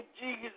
Jesus